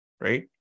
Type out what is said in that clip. right